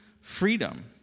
freedom